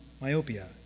myopia